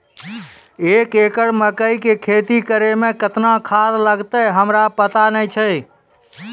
एक एकरऽ मकई के खेती करै मे केतना खाद लागतै हमरा पता नैय छै?